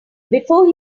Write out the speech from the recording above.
before